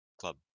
Club